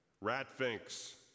Rat-finks